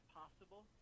possible